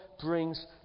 brings